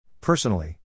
Personally